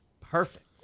perfect